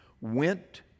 went